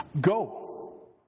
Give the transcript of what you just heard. go